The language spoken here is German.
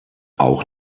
auch